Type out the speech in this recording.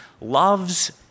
loves